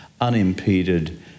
unimpeded